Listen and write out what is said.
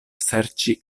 serĉi